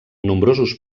nombrosos